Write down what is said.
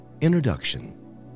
Introduction